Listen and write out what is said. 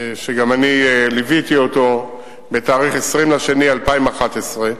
שגם אני ליוויתי אותו, בתאריך 20 בפברואר 2011,